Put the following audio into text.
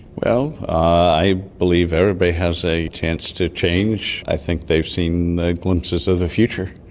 well, i believe everybody has a chance to change. i think they've seen glimpses of the future,